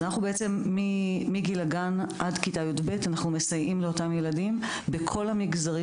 אנחנו בעצם מגיל הגן עד כיתה י"ב מסייעים לאותם ילדים בכל המגזרים,